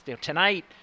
tonight